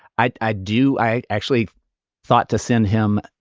i i do. i actually thought to send him,